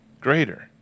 greater